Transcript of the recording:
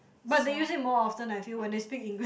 but they use it more often I feel it when they speak English